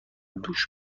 دوش